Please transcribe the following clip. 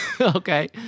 Okay